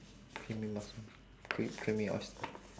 creamy mussel cream~ creamy oyster